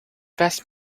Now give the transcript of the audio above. best